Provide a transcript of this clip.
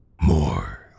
more